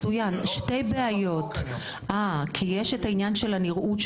שתי בעיות --- זה בחוק --- כי יש את העניין של הנראות,